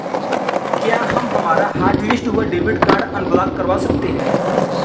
क्या हम हमारा हॉटलिस्ट हुआ डेबिट कार्ड अनब्लॉक करवा सकते हैं?